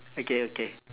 okay okay